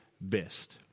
best